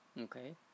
Okay